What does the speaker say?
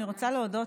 להודות,